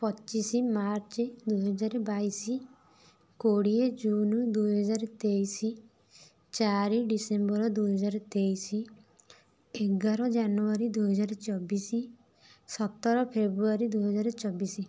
ପଚିଶି ମାର୍ଚ୍ଚ୍ ଦୁଇ ହଜାର ବାଇଶ କୋଡ଼ିଏ ଜୁନ୍ ଦୁଇ ହଜାର ତେଇଶ ଚାରି ଡିସେମ୍ବର ଦୁଇ ହଜାର ଏଗାର ଜାନୁଆରୀ ଦୁଇ ହଜାର ଚବିଶ ସତର ଫେବୃୟାରୀ ଦୁଇ ହଜାର ଚବିଶ